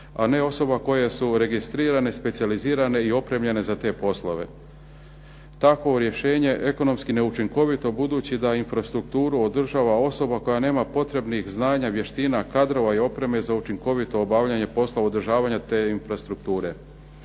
a ne osoba koje su registrirane, specijalizirane i opremljene za te poslove. Takvo rješenje ekonomski je neučinkovito budući da infrastrukturu održava osoba koja nema potrebnih znanja, vještina, kadrova i opreme za učinkovito obavljanje poslova održavanja, te infrastrukture.